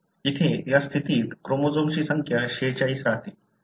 इथे या स्थितीत क्रोमोझोमची संख्या 46 राहते